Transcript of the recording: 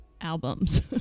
albums